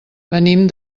venim